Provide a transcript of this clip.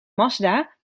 mazda